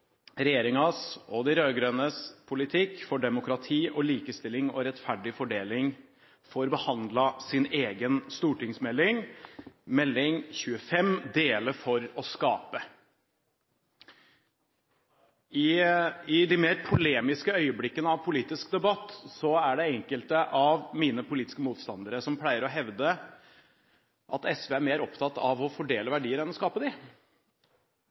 de rød-grønnes politikk for demokrati, likestilling og rettferdig fordeling blir behandlet i en egen stortingsmelding, Meld. St. 25 for 2012–2013, Dele for å skape. I de mer polemiske øyeblikkene av politisk debatt er det enkelte av mine politiske motstandere som pleier å hevde at SV er mer opptatt av å fordele verdier enn å skape